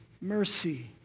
mercy